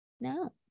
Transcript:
no